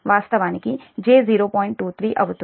23 అవుతుంది